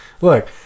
Look